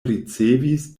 ricevis